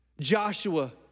Joshua